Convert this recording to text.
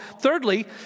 Thirdly